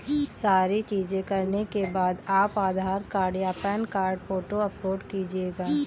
सारी चीजें करने के बाद आप आधार कार्ड या पैन कार्ड फोटो अपलोड कीजिएगा